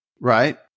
right